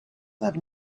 that